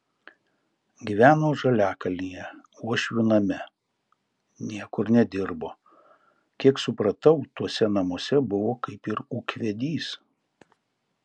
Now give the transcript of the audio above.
gyveno žaliakalnyje uošvių name niekur nedirbo kiek supratau tuose namuose buvo kaip ir ūkvedys